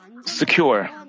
secure